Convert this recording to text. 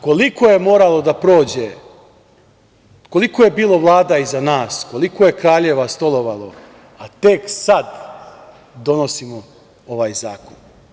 Koliko je moralo da prođe, koliko je bilo vlada iza nas, koliko je kraljeva stolovalo, a tek sad donosimo ovaj zakon?